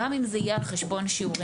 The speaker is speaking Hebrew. גם אם זה יהיה על חשבון שיעורים,